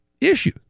issue